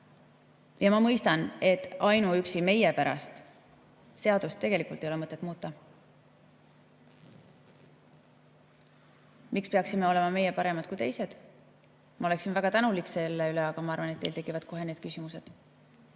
Ja ma mõistan, et ainuüksi meie pärast seadust tegelikult ei ole mõtet muuta. Miks peaksime meie olema paremad kui teised? Jah, ma oleksin väga tänulik selle üle, aga ma arvan, et teil tekivad kohe need küsimused.